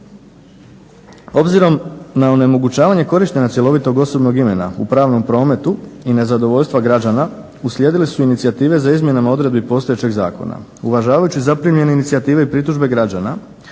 Obzirom na onemogućavanje korištenja cjelovitog osobnog imena u pravnom prometu i nezadovoljstva građana uslijedile su inicijative za izmjenama odredbi postojećeg zakona. Uvažavajući zaprimljene inicijative i pritužbe građana